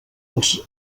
els